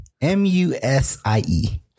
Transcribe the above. M-U-S-I-E